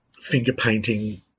finger-painting